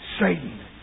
Satan